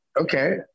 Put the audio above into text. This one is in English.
okay